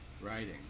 writing